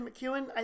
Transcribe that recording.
McEwen